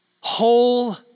whole